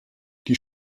die